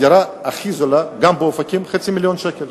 הדירה הכי זולה גם באופקים, חצי מיליון שקל.